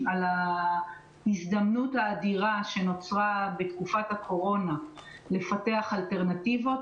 ההזדמנות האדירה שנוצרה בתקופת הקורונה לפתח אלטרנטיבות,